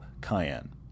Cayenne